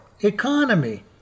economy